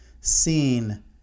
seen